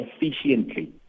efficiently